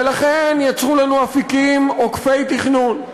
ולכן יצרו לנו אפיקים עוקפי-תכנון,